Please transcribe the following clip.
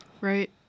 Right